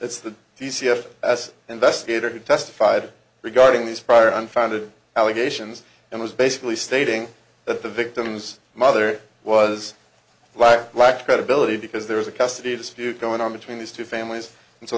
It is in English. it's the d c s as investigator who testified regarding these prior unfounded allegations and was basically stating that the victim's mother was alive lacked credibility because there was a custody dispute going on between these two families and so